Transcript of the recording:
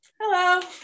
Hello